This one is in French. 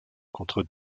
contre